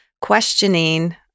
questioning